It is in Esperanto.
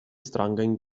strangajn